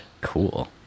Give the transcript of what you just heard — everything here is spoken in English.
cool